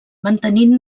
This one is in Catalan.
mantenint